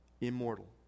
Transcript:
immortal